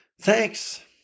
thanks